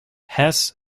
hesse